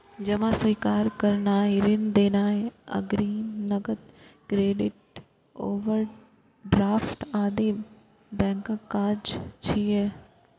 जमा स्वीकार करनाय, ऋण देनाय, अग्रिम, नकद, क्रेडिट, ओवरड्राफ्ट आदि बैंकक काज छियै